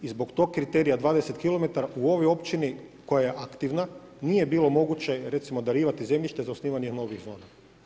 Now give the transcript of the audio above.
I zbog tog kriterija 20 km u ovoj općini koja je aktivna nije bilo moguće, recimo darivati zemljište za osnivanje novih zona.